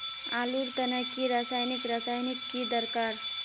आलूर तने की रासायनिक रासायनिक की दरकार?